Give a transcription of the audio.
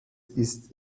ist